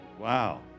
Wow